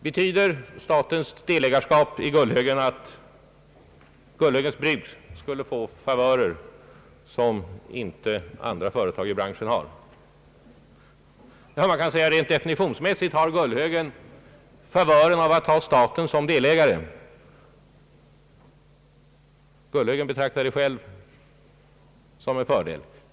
Betyder statens delägarskap i Gullhögens bruk att detta företag skall få favörer som inte andra företag i branschen har? Rent definitionsmässigt kan man säga att Gullhögen har favören att ha staten som delägare. Gullhögen betraktar det själv såsom en fördel.